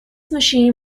machine